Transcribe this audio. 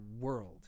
world